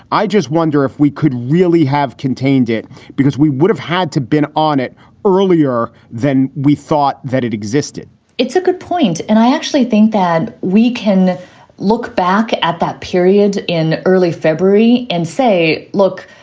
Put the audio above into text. i just wonder if we could really have contained it because we would have had to been on it earlier than we thought that it existed it's a good point. and i actually think that we can look back at that period in early february and say, look,